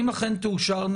אם אכן תאושרנה